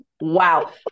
wow